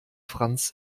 franz